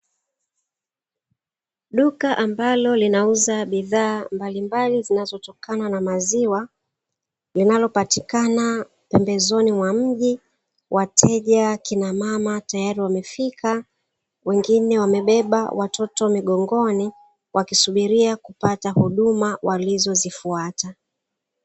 Duka ambalo linauza bidhaa mbalimbali zinazotokana na maziwa, linalopatikana pembezoni mwa mji. Wateja kina mama tayari wamefika, wengine wamebeba watoto migongoni wakisubiria kupata huduma walizozifuata.